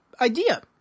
idea